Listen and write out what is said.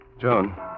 Joan